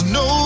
no